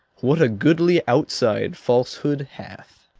what a goodly outside falsehood hath!